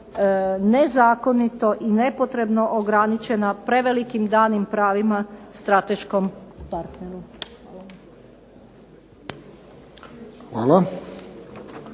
nezakonito i nepotrebno ograničena prevelikim danim pravima strateškom partneru.